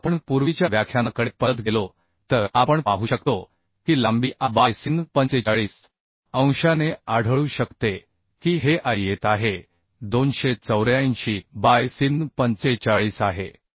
जर आपण पूर्वीच्या व्याख्यानाकडे परत गेलो तर आपण पाहू शकतो की लांबी a बाय sin 45 अंशाने आढळू शकते की हे a येत आहे 284 बाय sin 45 आहे